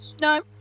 No